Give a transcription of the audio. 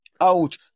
out